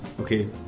okay